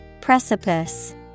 Precipice